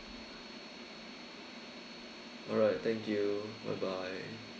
alright thank you bye bye